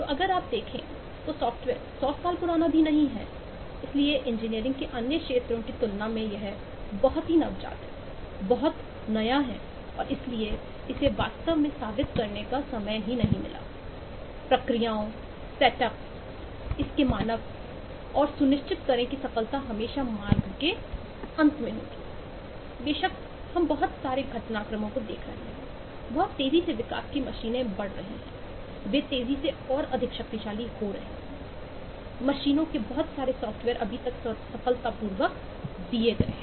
तो अगर आप देखें तो सॉफ्टवेयर 100 साल पुराना भी नहीं है इसलिए इंजीनियरिंग के अन्य क्षेत्रों की तुलना में है यह बहुत ही नवजात है बहुत नया है और इसलिए इसे वास्तव में साबित करने का समय नहीं मिला है प्रक्रियाओं सेटअप इसके मानक और सुनिश्चित करें कि सफलता हमेशा मार्ग के अंत में होगी बेशक हम बहुत सारे घटनाक्रमों को देख रहे हैं बहुत तेजी से विकास की मशीनें बढ़ रही हैं वे तेजी से और अधिक शक्तिशाली हो रहे हैं मशीनों के बहुत सारे सॉफ्टवेयर अभी तक सफलतापूर्वक दिए गए है